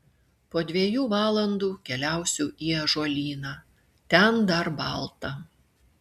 po dviejų valandų keliausiu į ąžuolyną ten dar balta